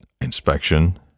inspection